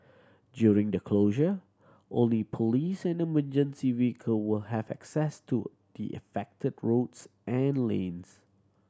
during the closure only police and emergency vehicle will have access to the affected roads and lanes